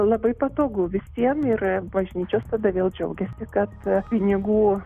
labai patogu visiem ir bažnyčios tada vėl džiaugiasi kad pinigų